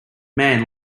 man